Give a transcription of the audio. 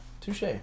touche